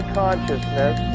consciousness